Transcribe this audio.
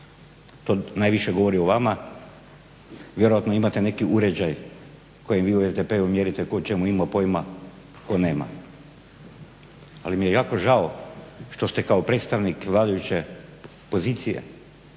to najviše govori o vama, vjerojatno imate neki uređaj kojim vi u SDP-u mjerite tko o čemu ima pojma tko nema. Ali mi je jako žao što ste kao predstavnik vladajuće pozicije